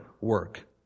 work